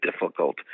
difficult